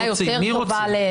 יותר טובה --- מה זה 'אם רוצים',